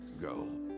go